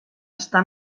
està